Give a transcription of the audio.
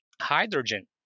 hydrogen